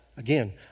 Again